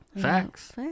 Facts